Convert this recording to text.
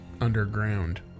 underground